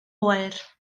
oer